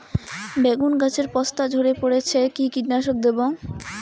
বেগুন গাছের পস্তা ঝরে পড়ছে কি কীটনাশক দেব?